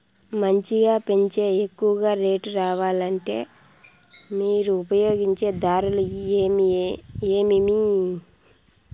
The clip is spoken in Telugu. మంచిగా పెంచే ఎక్కువగా రేటు రావాలంటే మీరు ఉపయోగించే దారులు ఎమిమీ?